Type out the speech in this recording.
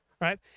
right